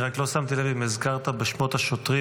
רק לא שמתי לב אם הזכרת בשמות השוטרים